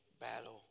battle